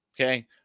okay